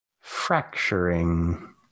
Fracturing